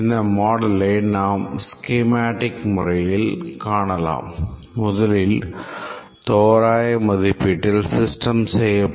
இந்த மாடலை நாம் schematic முறையில் காணலாம் முதலில் தோராய மதிப்பீட்டில் சிஸ்டம் செய்யப்படும்